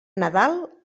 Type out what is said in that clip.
nadal